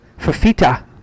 Fafita